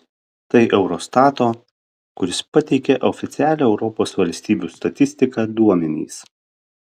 tai eurostato kuris pateikia oficialią europos valstybių statistiką duomenys